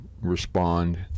respond